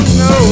no